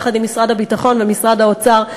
יחד עם משרד הביטחון ומשרד האוצר,